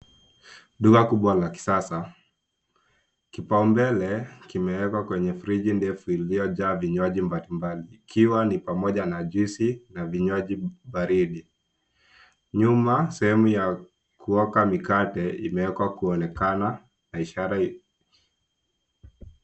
Duka kubwa la kisasa. Kipaumbele kimewekwa kwenye friji ndefu iliyojaa vinywaji mbalimbali ikiwa pamoja na juisi na vinywaji baridi. Nyuma sehemu ya kuoka mikate imewekwa kuonekana na ishara.